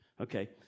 Okay